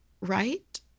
right